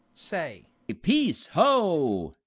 say peace, ho!